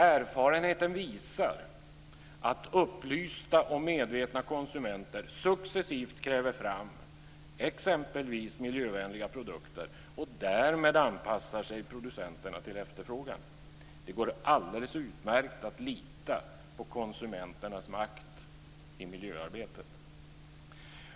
Erfarenheten visar att upplysta och medvetna konsumenter successivt kräver fram exempelvis miljövänliga produkter, och därmed anpassar sig producenterna till efterfrågan. Det går alldeles utmärkt att lita på konsumenternas makt i miljöarbetet.